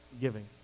giving